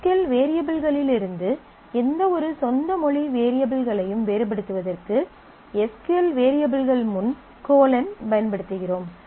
S Q L வேரியபிள்களிலிருந்து எந்தவொரு சொந்த மொழி வேரியபிள்களையும் வேறுபடுத்துவதற்கு எஸ் க்யூ எல் வேரியபிள்கள் முன் பயன்படுத்துகிறோம்